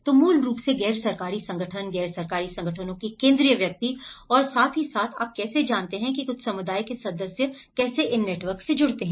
तो मूल रूप से गैर सरकारी संगठन गैर सरकारी संगठनों के केंद्रीय व्यक्ति और साथ ही साथ आप कैसे जानते हैं कुछ समुदाय के सदस्य कैसे इन नेटवर्क से जुड़े होते हैं